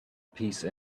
peace